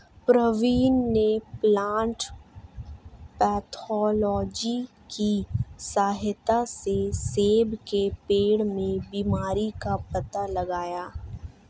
प्रवीण ने plant pathology की सहायता से सेब के पेड़ में बीमारी का पता लगाया